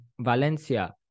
Valencia